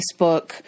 Facebook